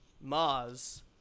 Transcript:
mars